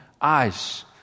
eyes